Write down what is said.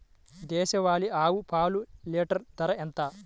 దేశవాలీ ఆవు పాలు లీటరు ధర ఎంత?